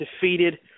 defeated